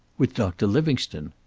with doctor livingstone.